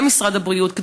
משרד האוצר ומשרד הבריאות,